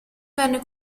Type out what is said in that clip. venne